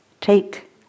take